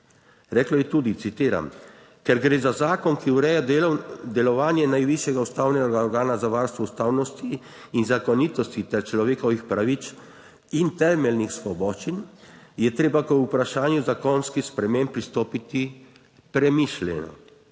Rekla je tudi, citiram: "Ker gre za zakon, ki ureja delovanje najvišjega ustavnega organa za varstvo ustavnosti in zakonitosti ter človekovih pravic in temeljnih svoboščin je treba k vprašanju zakonskih sprememb pristopiti premišljeno